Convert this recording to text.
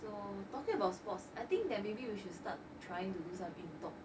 so talking about sports I think they're maybe you should start trying to do some 运动